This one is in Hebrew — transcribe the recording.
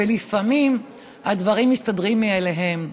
ולפעמים הדברים מסתדרים מאליהם.